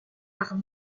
par